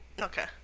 Okay